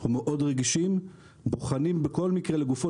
אנחנו מאוד רגישים ובוחנים כל מקרה לגופו.